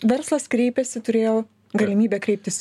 verslas kreipėsi turėjo galimybę kreiptis